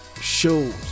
shows